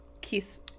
Keith